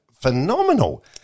phenomenal